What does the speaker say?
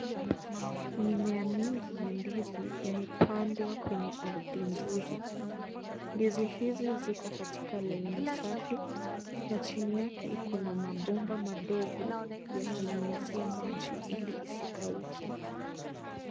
Mimea mingi ya ndizi, imepandwa kwenye ardhi nzuri. Ndizi hizi ziko katika laini safi, na chini yake kuna magomba madogo ya kunyunyuzia maji, ili isikauke.